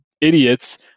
idiots